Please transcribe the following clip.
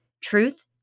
Truth